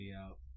out